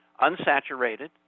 unsaturated